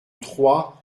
trois